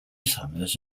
summers